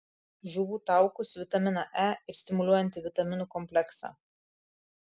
žuvų taukus vitaminą e ir stimuliuojantį vitaminų kompleksą